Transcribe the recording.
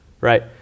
Right